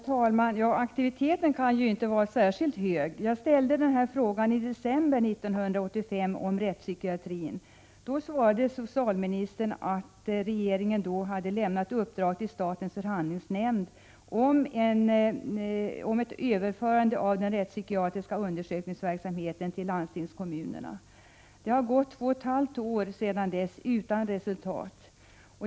Herr talman! Aktiviteten kan inte vara särskilt hög. Jag ställde en fråga om rättspsykiatrin i december 1985. Socialministern svarade då att regeringen hade lämnat uppdrag till statens förhandlingsnämnd om ett överförande av den rättspsykiatriska undersökningsverksamheten till landstingskommunerna. Det har gått två och ett halvt år sedan dess, utan resultat.